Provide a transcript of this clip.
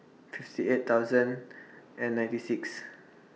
fifty eight thousand and ninety six